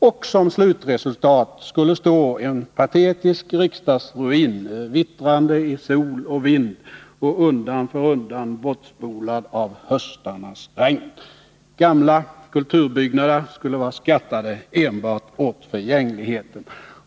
Och som slutresultat skulle stå en patetisk riksdagsruin, vittrande i sol och vind och undan för undan bortspolad av höstarnas regn. Gamla kulturbyggnader skulle vara skattade enbart åt förgängligheten.